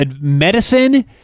Medicine